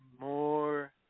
more